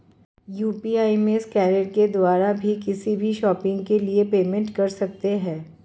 UPI में scanner के द्वारा भी किसी भी शॉपिंग के लिए पेमेंट कर सकते है